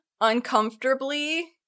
uncomfortably